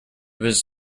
was